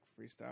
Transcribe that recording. freestyle